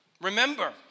Remember